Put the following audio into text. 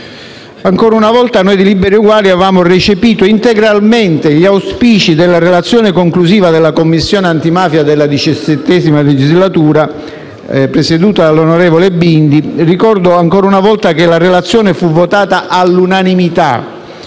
Ancora una volta, noi di Liberi e Uguali avevamo recepito integralmente gli auspici della relazione conclusiva della Commissione antimafia della XVII legislatura presieduta dall'onorevole Bindi, e ricordo ancora una volta che la relazione fu votata all'unanimità;